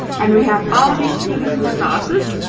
and we have all these beautiful sauces,